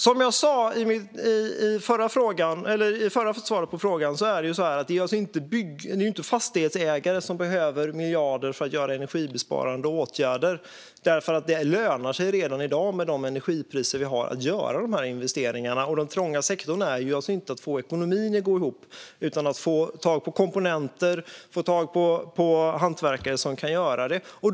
Som jag sa i min förra replik är det inte fastighetsägare som behöver miljarder för att göra energibesparande åtgärder, för det lönar sig redan i dag, med de energipriser vi har, att göra sådana investeringar. Den trånga sektorn är alltså inte att få ekonomin att gå ihop utan att få tag i komponenter och hantverkare som kan göra jobbet.